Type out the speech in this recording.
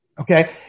Okay